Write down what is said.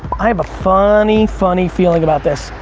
i have a funny, funny feeling about this.